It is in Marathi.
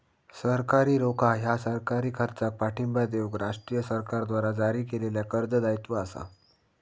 सरकारी रोखा ह्या सरकारी खर्चाक पाठिंबा देऊक राष्ट्रीय सरकारद्वारा जारी केलेल्या कर्ज दायित्व असा